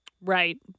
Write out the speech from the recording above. right